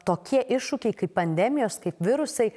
tokie iššūkiai kaip pandemijos kaip virusai